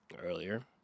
earlier